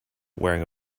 wearing